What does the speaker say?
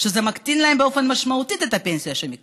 שזה מקטין להם באופן משמעותי את הפנסיה שהם יקבלו.